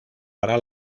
para